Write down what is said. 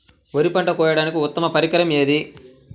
వరి పంట కోయడానికి ఉత్తమ పరికరం ఏది?